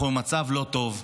אנחנו במצב לא טוב.